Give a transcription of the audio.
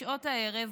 בשעות הערב,